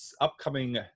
upcoming